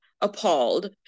appalled